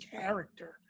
character